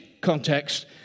context